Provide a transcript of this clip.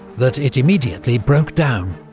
that it immediately broke down